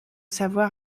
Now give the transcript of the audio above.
savoir